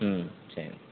ம் சரி